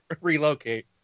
relocate